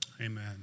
Amen